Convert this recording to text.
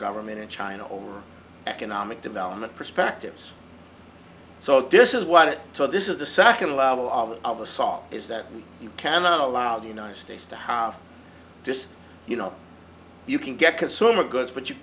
government and china over economic development perspectives so this is what so this is the second level of the of the song is that you cannot allow the united states to have just you know you can get consumer goods but you